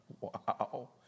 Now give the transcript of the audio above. Wow